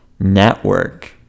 Network